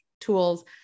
tools